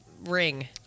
ring